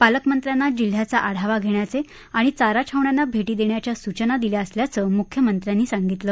पालकमंत्र्यांना जिल्ह्याचा आढावा घेण्याचे आणि चाराछावण्यांना भेटी देण्याच्या सूचना दिल्या असल्याचं मुख्यमंत्र्यांनी सांगितलं